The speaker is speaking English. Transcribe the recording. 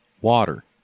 Water